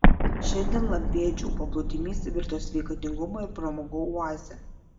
šiandien lampėdžių paplūdimys virto sveikatingumo ir pramogų oaze